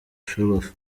ferwafa